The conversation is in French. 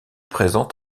présent